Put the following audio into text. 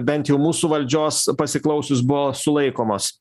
bent jau mūsų valdžios pasiklausius buvo sulaikomos